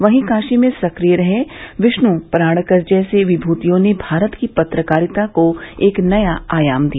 वहीं काशी में सकिय रहे विष्णु पराड़कर जैसी विभूतियों ने भारत की पत्रकारिता को एक नया आयाम दिया